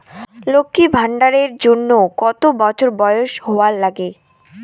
লক্ষী ভান্ডার এর জন্যে কতো বছর বয়স হওয়া লাগে?